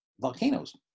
volcanoes